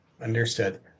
Understood